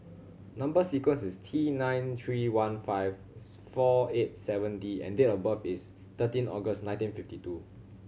number sequence is T nine three one five four eight seven D and date of birth is thirteen August nineteen fifty two